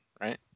Right